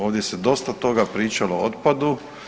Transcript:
Ovdje se dosta toga pričalo o otpadu.